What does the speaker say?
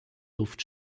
luft